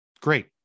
great